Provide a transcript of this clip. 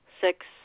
Six